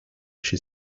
she